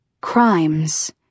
Crimes